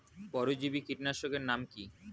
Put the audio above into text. পরজীবী কীটনাশকের নাম কি?